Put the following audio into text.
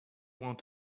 want